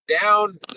down